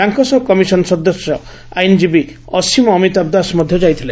ତାଙ୍କ ସହ କମିଶନ ସଦସ୍ୟ ଆଇନ ଅମିତାଭ ଦାସ ମଧ୍ୟ ଯାଇଥିଲେ